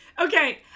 okay